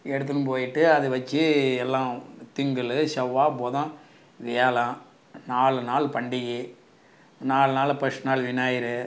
எடுத்துகின்னு போய்ட்டு அதை வச்சு எல்லாம் திங்கள் செவ்வாய் புதன் வியாழன் நாலுநாள் பண்டிகை நாலு நாளில் ஃபஸ்ட் நாள் விநாயகர்